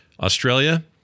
Australia